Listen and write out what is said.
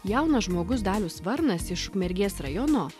jaunas žmogus darius varnas iš ukmergės rajono